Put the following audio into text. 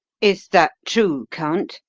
is that true, count?